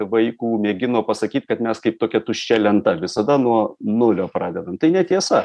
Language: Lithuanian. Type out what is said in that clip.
vaikų mėgino pasakyt kad mes kaip tokia tuščia lenta visada nuo nulio pradedam tai netiesa